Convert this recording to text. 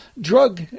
drug